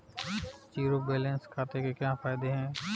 Zero balance खाते के क्या फायदे हैं?